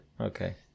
Okay